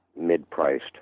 mid-priced